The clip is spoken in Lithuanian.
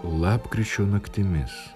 lapkričio naktimis